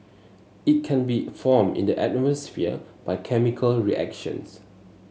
it can be formed in the atmosphere by chemical reactions